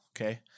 okay